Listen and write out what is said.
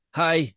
hi